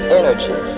energy